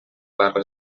barra